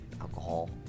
alcohol